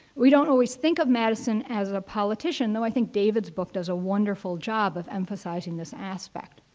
we don't always think of madison as a politician. now, i think, david's book does a wonderful job of emphasizing this aspect.